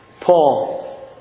Paul